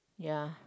ya